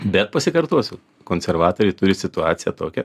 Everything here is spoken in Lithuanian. bet pasikartosiu konservatoriai turi situaciją tokią